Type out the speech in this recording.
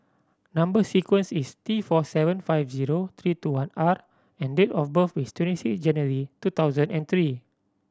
number sequence is T four seven five zero three two one R and date of birth is twenty six January two thousand and three